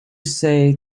say